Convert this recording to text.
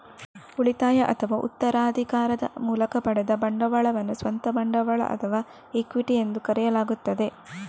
ಉಳಿತಾಯ ಅಥವಾ ಉತ್ತರಾಧಿಕಾರದ ಮೂಲಕ ಪಡೆದ ಬಂಡವಾಳವನ್ನು ಸ್ವಂತ ಬಂಡವಾಳ ಅಥವಾ ಇಕ್ವಿಟಿ ಎಂದು ಕರೆಯಲಾಗುತ್ತದೆ